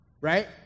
right